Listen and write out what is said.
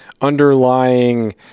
underlying